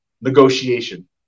negotiation